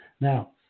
Now